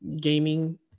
Gaming